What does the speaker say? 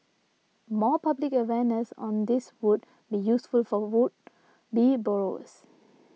more public awareness on this would be useful for would be borrowers